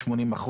80%,